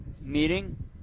meeting